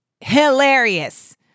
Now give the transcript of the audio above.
Hilarious